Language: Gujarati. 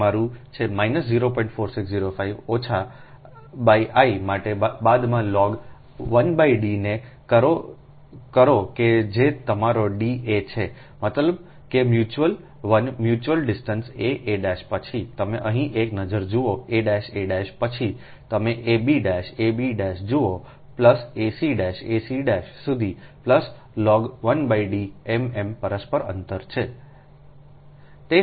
4605 ઓછા I માટે બાદમાં લોગ 1 D ને કરો કે જે તમારો D a છે મતલબ કે mutual 1 mutual distance a a' પછી તમે અહીં એક નજર જુઓ a a પછી તમે અબ અબ જુઓ એસી એસી સુધી લોગ 1 D m m પરસ્પર અંતર છું